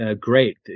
great